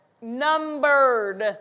numbered